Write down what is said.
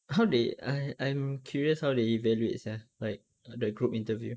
how they I I'm curious how they evaluate sia like uh the group interview